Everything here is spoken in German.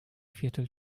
viertel